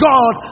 God